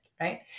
right